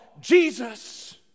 Jesus